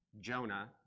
Jonah